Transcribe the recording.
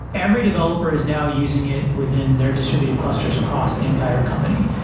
every developer is now using it within their distr ibuted clusters across the entire company.